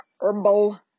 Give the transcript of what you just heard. herbal